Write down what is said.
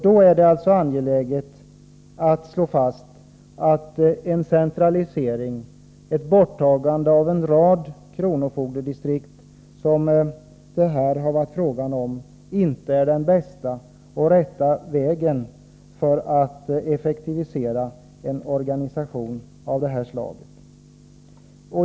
Då är det alltså angeläget att slå fast att en centralisering och ett borttagande av en rad kronofogdedistrikt, som det här har varit fråga om, inte är den bästa vägen för att effektivisera en organisation av det här slaget.